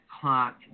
clock